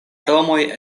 domoj